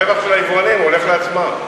הרווח של היבואנים הולך לעצמם.